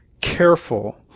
careful